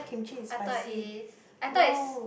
I thought it is I thought is